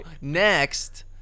next